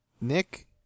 Nick